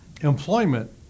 Employment